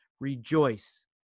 Rejoice